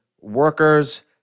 workers